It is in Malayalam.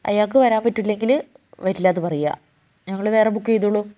അയാൾക്ക് വരാൻ പറ്റില്ലെങ്കിൽ വരില്ലയെന്ന് പറയുക ഞങ്ങൾ വേറെ ബുക്ക് ചെയ്തോളും